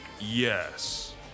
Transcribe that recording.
Yes